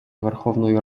верховною